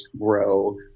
grow